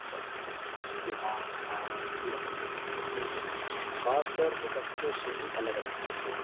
بچوں کو اس کے آس پاس بھی بھٹکنے نہیں دیتے ہیں خاص طور سے بچوں سے ہی الگ رکھتے ہیں